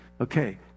Okay